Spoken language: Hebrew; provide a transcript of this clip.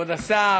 כבוד השר,